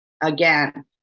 Again